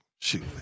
Shoot